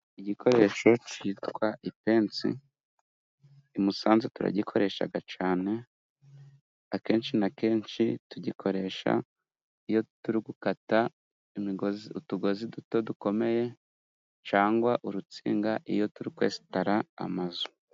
Igikoresho cyitwa ipensi, i musanze turagikoreshaga cane akenshi na kenshi tugikoresha iyo turigukata utugozi duto dukomeye cangwa urutsinga, iyo turikwesitara amazu.